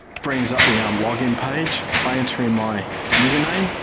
brings up the um log-in page, i enter in my user name,